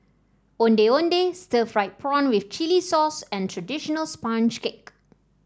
Ondeh Ondeh Stir Fried Prawn with Chili Sauce and traditional sponge cake